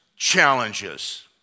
challenges